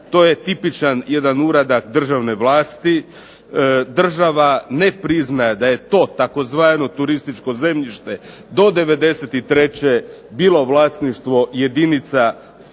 to je tipičan jedan uradak državne vlasti. Država ne prizna da je to tzv. turističko zemljište do '93. bilo vlasništvo jedinica